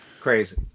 crazy